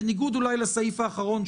בניגוד אולי לסעיף האחרון,